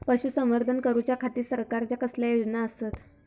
पशुसंवर्धन करूच्या खाती सरकारच्या कसल्या योजना आसत?